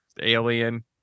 Alien